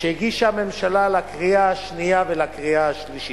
שהגישה הממשלה לקריאה שנייה ולקריאה שלישית.